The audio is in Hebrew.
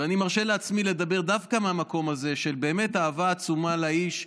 ואני מרשה לעצמי לדבר דווקא מהמקום הזה של אהבה עצומה לאיש,